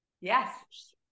Yes